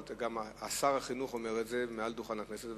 גם שר החינוך אומר את זה מעל דוכן הכנסת.